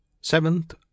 Seventh